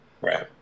Right